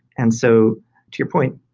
and so to your point,